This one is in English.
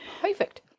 Perfect